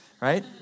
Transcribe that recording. Right